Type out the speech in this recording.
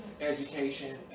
education